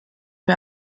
wir